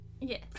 Yes